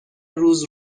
روز